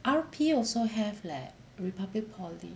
R_P also have leh republic poly